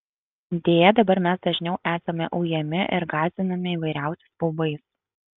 deja dabar mes dažniau esame ujami ir gąsdinami įvairiausiais baubais